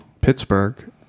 Pittsburgh